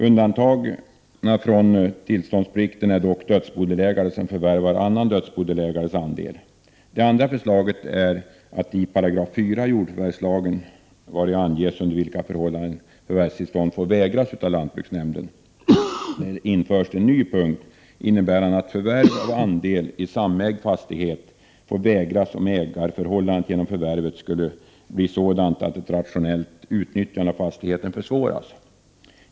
Undantagna från tillståndsplikten är dock dödsbodelägare som förvärvar annan dödsbodelägares andel. Det andra förslaget är att det i 4§ i jordförvärvslagen, vari anges under vilkaj förhållanden förvärvstillstånd får vägras av lantbruksnämnden, införs en ny punkt, innebärande att förvärv av andel i samägd fastighet får vägras om ägarförhållandet genom förvärvet skulle bli sådant att ett rationellt utnytt-| jande av fastigheten försvåras.